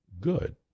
good